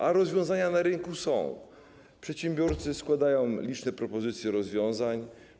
A rozwiązania na rynku są, przedsiębiorcy składają liczne propozycje rozwiązań.